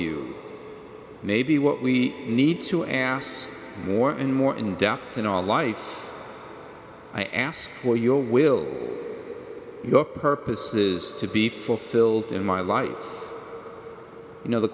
you maybe what we need to ass more and more in depth in our life i ask for your will your purposes to be fulfilled in my life you know the